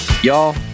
Y'all